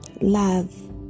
Love